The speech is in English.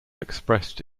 expressed